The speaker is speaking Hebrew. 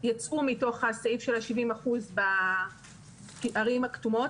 ייצאו מהסעיף של ה-70% בערים הכתומות.